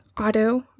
auto